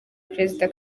perezida